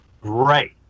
great